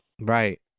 Right